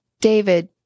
David